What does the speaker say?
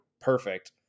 perfect